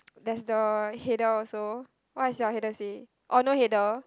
there's the header also what is your header say oh no header